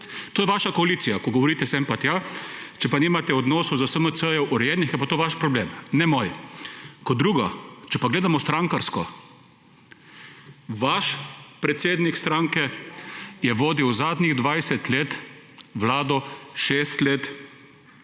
To je vaša koalicija, ko govorite sem pa tja. Če nimate odnosov s SMC urejenih, je pa to vaš problem, ne moj. Kot drugo. Če gledamo strankarsko, je vaš predsednik stranke vodil zadnjih 20 let vlado šest let